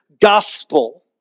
gospel